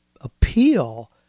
appeal